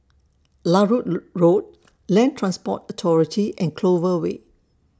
Larut Road Land Transport Authority and Clover Way